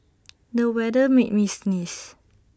the weather made me sneeze